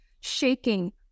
shaking